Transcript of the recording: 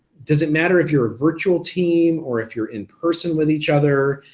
does it matter if you're a virtual team or if you're in person with each other,